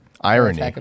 Irony